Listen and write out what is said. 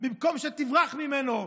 במקום שתברח ממנו,